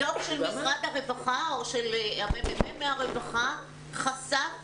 הדוח של משרד הרווחה או הממ"מ מהרווחה, חשף